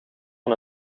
van